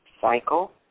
cycle